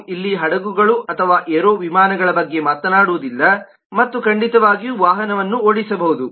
ನಾವು ಇಲ್ಲಿ ಹಡಗುಗಳು ಅಥವಾ ಏರೋಪ್ಲೇನ್ ಗಳ ಬಗ್ಗೆ ಮಾತನಾಡುವುದಿಲ್ಲ ಮತ್ತು ಖಂಡಿತವಾಗಿಯೂ ವಾಹನವನ್ನು ಓಡಿಸಬಹುದು